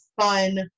fun